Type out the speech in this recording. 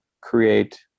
create